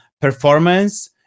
performance